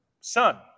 son